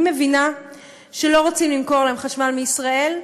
אני מבינה שלא רוצים למכור להם חשמל מישראל,